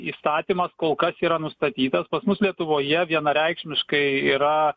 įstatymas kol kas yra nustatytas pas mus lietuvoje vienareikšmiškai yra